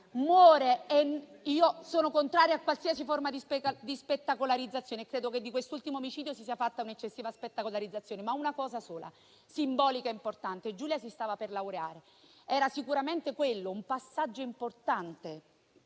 indietro. Io sono contraria a qualsiasi forma di spettacolarizzazione - e credo che di quest'ultimo omicidio si sia fatta un'eccessiva spettacolarizzazione - ma voglio dire una cosa sola, simbolica e importante: Giulia si stava per laureare ed era sicuramente un passaggio importante